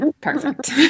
Perfect